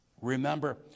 remember